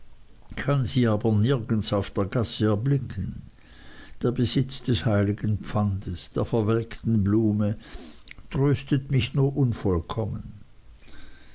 kann sie aber nirgends auf der gasse erblicken der besitz des heiligen pfandes der verwelkten blume tröstet mich nur unvollkommen